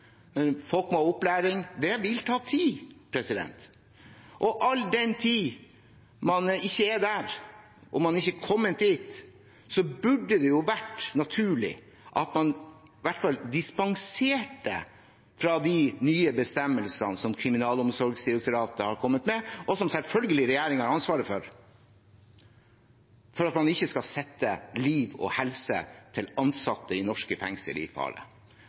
folk må ha opplæring – det vil ta tid. All den tid man ikke er der, og man ikke er kommet dit, burde det vært naturlig at man i hvert fall dispenserte fra de nye bestemmelsene som Kriminalomsorgsdirektoratet har kommet med, og som selvfølgelig regjeringen har ansvaret for, for at man ikke skal sette liv og helse til ansatte i norske fengsel i fare.